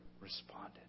responded